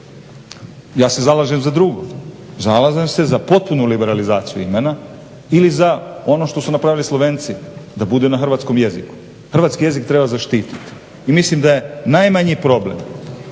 Ja se zalažem za drugo. Zalažem se za potpunu liberalizaciju imena ili za ono što su napravili Slovenci, da bude na hrvatskom jeziku. Hrvatski jezik treba zaštititi i mislim da je najmanji problem